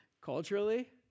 Culturally